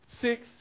six